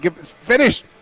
finish